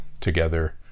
together